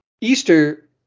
Easter